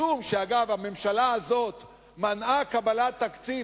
משום שהממשלה הזאת מנעה קבלת תקציב,